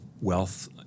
wealth